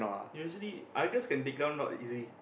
usually Argus can take down lord easily